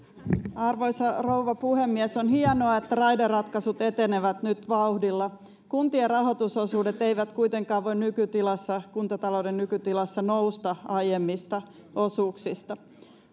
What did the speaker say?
arvoisa rouva puhemies on hienoa että raideratkaisut etenevät nyt vauhdilla kuntien rahoitusosuudet eivät kuitenkaan voi kuntatalouden nykytilassa nousta aiemmista osuuksista